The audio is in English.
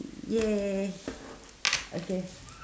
!yay! okay